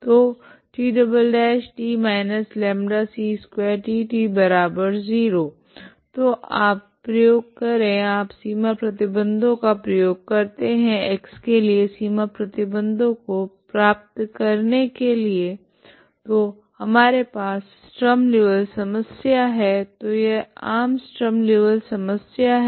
तो T−λ c2T0 तो आप प्रयोग करे आप सीमा प्रतिबंधों का प्रयोग करते है X के लिए सीमा प्रतिबंधों को प्राप्त करने के लिए तो हमारे पास स्ट्रीम लीऔविल्ले समस्या है तो यह आम स्ट्रीम लीऔविल्ले समस्या है